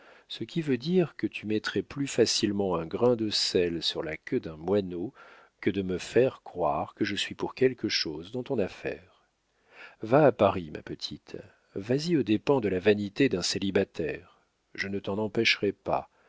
ce qui veut dire que tu mettrais plus facilement un grain de sel sur la queue d'un moineau que de me faire croire que je suis pour quelque chose dans ton affaire va à paris ma petite vas-y aux dépens de la vanité d'un célibataire je ne t'en empêcherai pas